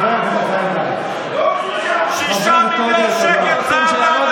לא רוצים שיעבוד בשביל,